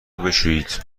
بشویید